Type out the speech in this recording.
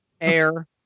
air